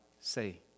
say